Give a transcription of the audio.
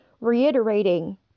reiterating